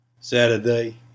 Saturday